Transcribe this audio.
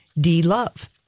D-Love